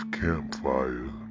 campfire